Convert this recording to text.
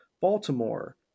Baltimore